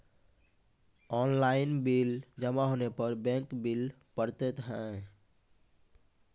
Online bill जमा होने पर बैंक बिल पड़तैत हैं?